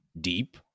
deep